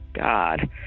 God